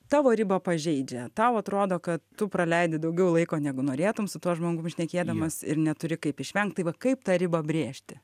tavo ribą pažeidžia tau atrodo kad tu praleidi daugiau laiko negu norėtum su tuo žmogum šnekėdamas ir neturi kaip išvengt tai va kaip tą ribą brėžti